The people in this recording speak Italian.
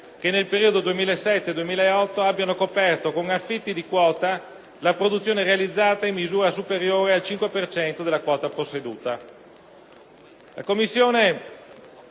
che nel periodo 2007-2008 abbiano coperto con affitti di quota la produzione realizzata in misura superiore al cinque per cento della quota posseduta.